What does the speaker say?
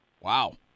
Wow